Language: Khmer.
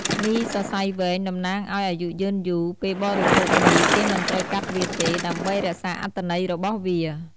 មីសសៃវែង តំណាងឱ្យអាយុយឺនយូរ ពេលបរិភោគមី គេមិនត្រូវកាត់វាទេ ដើម្បីរក្សាអត្ថន័យរបស់វា។